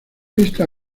esta